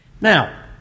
Now